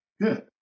Good